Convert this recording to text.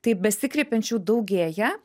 tai besikreipiančių daugėja